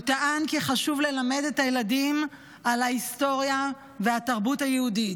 הוא טען כי חשוב ללמד את הילדים על ההיסטוריה והתרבות היהודית.